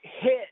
hit